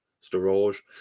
storage